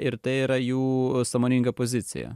ir tai yra jų sąmoninga pozicija